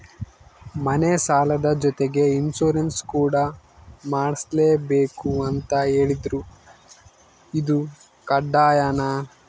ಮನೆ ಸಾಲದ ಜೊತೆಗೆ ಇನ್ಸುರೆನ್ಸ್ ಕೂಡ ಮಾಡ್ಸಲೇಬೇಕು ಅಂತ ಹೇಳಿದ್ರು ಇದು ಕಡ್ಡಾಯನಾ?